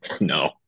No